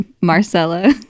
Marcella